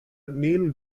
niel